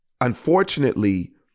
Unfortunately